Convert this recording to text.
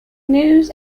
news